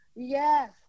Yes